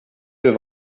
wir